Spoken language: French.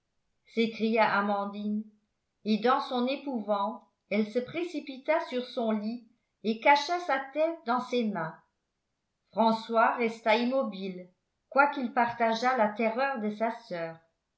s'écria amandine et dans son épouvante elle se précipita sur son lit et cacha sa tête dans ses mains françois resta immobile quoiqu'il partageât la terreur de sa soeur